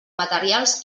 materials